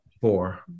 four